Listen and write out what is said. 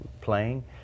playing